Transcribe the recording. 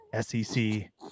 SEC